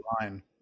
line